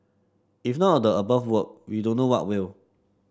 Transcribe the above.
if none of the above work we don't know what will